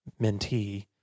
mentee